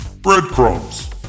Breadcrumbs